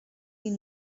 you